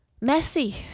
Messy